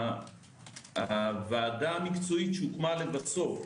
הוועדה המקצועית שהוקמה לבסוף,